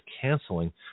canceling